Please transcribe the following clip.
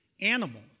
animal